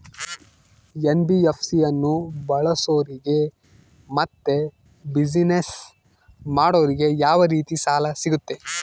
NBFC ಅನ್ನು ಬಳಸೋರಿಗೆ ಮತ್ತೆ ಬಿಸಿನೆಸ್ ಮಾಡೋರಿಗೆ ಯಾವ ರೇತಿ ಸಾಲ ಸಿಗುತ್ತೆ?